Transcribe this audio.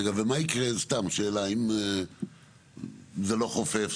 רגע, ומה יקרה, סתם שאלה, אם זה לא חופף?